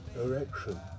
erection